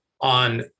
on